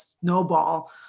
snowball